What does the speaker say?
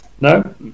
no